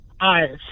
eyes